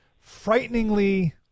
frighteningly